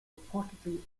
reportedly